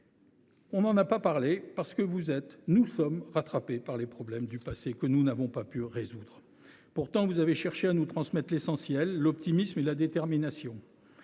n’en avons pas parlé, parce que vous êtes rattrapé – nous le sommes tous – par les problèmes du passé que nous n’avons pas pu résoudre. Pourtant, vous avez cherché à nous transmettre l’essentiel : l’optimisme et la détermination.